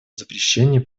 запрещении